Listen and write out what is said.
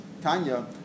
Tanya